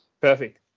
perfect